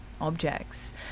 objects